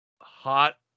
hot